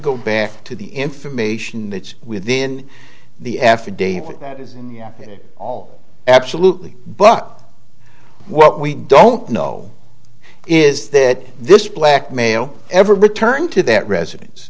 go back to the information that's within the affidavit that is all absolutely but what we don't know is that this black male ever return to that residen